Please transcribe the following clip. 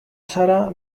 zara